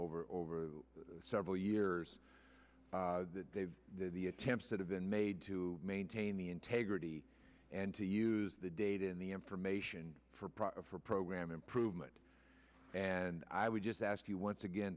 over over several years that they've the attempts that have been made to maintain the integrity and to use the data in the information for program improvement and i would just ask you once again